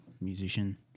musician